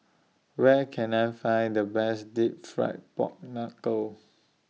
Where Can I Find The Best Deep Fried Pork Knuckle